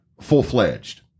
full-fledged